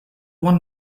was